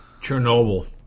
Chernobyl